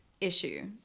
issue